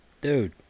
dude